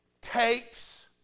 takes